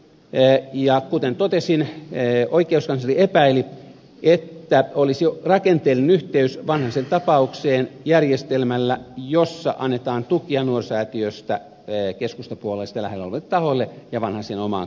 en jaa kuten totesin oikeuskansleri epäili että olisi rakenteellinen yhteys vanhasen tapaukseen järjestelmällä jossa annetaan tukia nuorisosäätiöstä keskustapuolueelle ja sitä lähellä oleville tahoille ja vanhasen omaan kampanjaan olisi rakenteellinen yhteys vanhasen tapaukseen